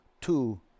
two